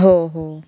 हो हो